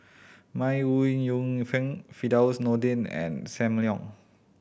May Ooi Yu Fen Firdaus Nordin and Sam Leong